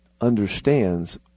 understands